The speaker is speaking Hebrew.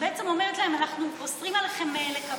ובו היא בעצם אומרת להם: אנחנו אוסרים עליכם לקבל,